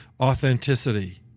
authenticity